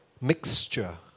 mixture